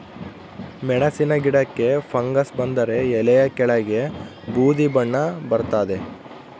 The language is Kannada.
ಮೆಣಸಿನ ಗಿಡಕ್ಕೆ ಫಂಗಸ್ ಬಂದರೆ ಎಲೆಯ ಕೆಳಗೆ ಬೂದಿ ಬಣ್ಣ ಬರ್ತಾದೆ